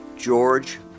George